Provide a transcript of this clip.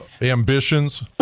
ambitions